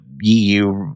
EU